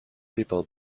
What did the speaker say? people